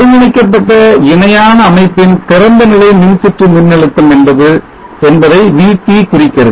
ஒருங்கிணைக்கப்பட்ட இணையான அமைப்பின் திறந்தநிலை மின்சுற்று மின்னழுத்தம் என்பதை VT குறிக்கிறது